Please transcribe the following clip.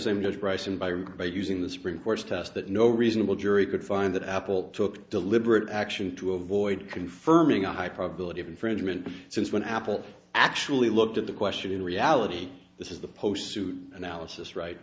same goes right in byron bay using the supreme court's test that no reasonable jury could find that apple took deliberate action to avoid confirming a high probability of infringement since when apple actually looked at the question in reality this is the post suit analysis right